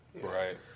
right